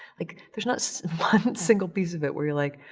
like, there's not one single piece of it where you're like,